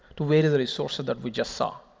to where are the resources that we just saw?